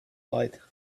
light